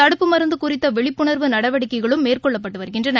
தடுப்பு மருந்துகுறித்தவிழிப்புணா்வு நடவடிக்கைகளும் மேற்கொள்ளப்பட்டுவருகின்றன